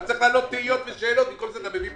אתה צריך להעלות תהיות ושאלות ובמקום זה אתה מביא פתרונות.